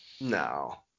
No